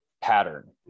pattern